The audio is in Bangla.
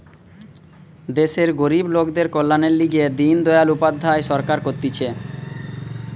দেশের গরিব লোকদের কল্যাণের লিগে দিন দয়াল উপাধ্যায় সরকার করতিছে